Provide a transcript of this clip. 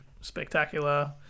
spectacular